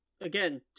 again